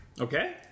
okay